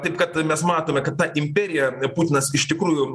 taip kad mes matome kad ta imperija putinas iš tikrųjų